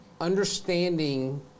understanding